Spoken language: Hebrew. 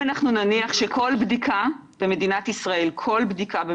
נניח שכל בדיקה במדינת ישראל, כל בדיקה,